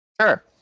Sure